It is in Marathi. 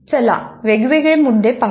चला वेगवेगळे मुद्दे पाहू